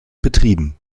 betrieben